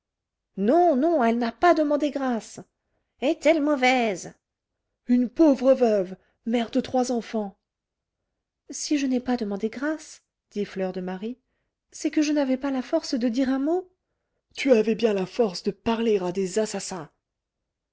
non non elle n'a pas demandé grâce est-elle mauvaise une pauvre veuve mère de trois enfants si je n'ai pas demandé sa grâce dit fleur de marie c'est que je n'avais pas la force de dire un mot tu avais bien la force de parler à des assassins